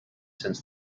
since